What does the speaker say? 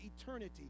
eternity